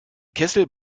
kessel